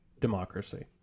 democracy